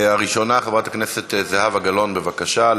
הראשונה, חברת הכנסת זהבה גלאון, בבקשה.